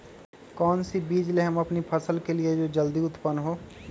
कौन सी बीज ले हम अपनी फसल के लिए जो जल्दी उत्पन हो?